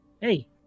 hey